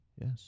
Yes